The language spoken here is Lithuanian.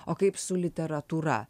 o kaip su literatūra